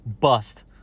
bust